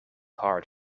hard